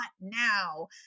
now